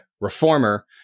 reformer